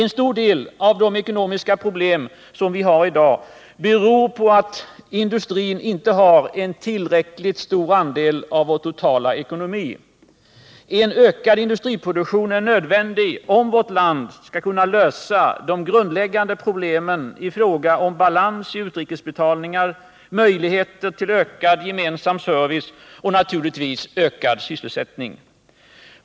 En stor del av de ekonomiska problem som vårt land har i dag beror på att industrin inte har en tillräcklig andel av vår totala ekonomi. En ökad industriproduktion är nödvändig, om vårt land skall kunna lösa de grundläggande problemen i fråga om balans i utrikesbetalningar, möjligheter till ökad gemensam service och naturligtvis ökad sysselsättning.